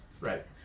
Right